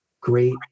great